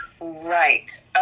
right